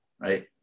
right